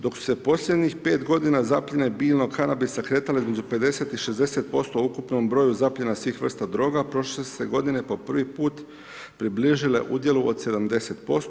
Dok su se posljednjih 5 godina zapljene biljnog kanabisa kretale između 50 i 60% u ukupnom broju zapljena svih vrsta droga prošle su se godine po prvi put približile udjelu od 70%